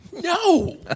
no